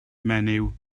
menyw